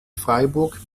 freiburg